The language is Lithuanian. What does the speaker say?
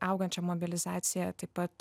augančia mobilizacija taip pat